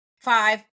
five